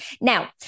Now